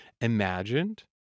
imagined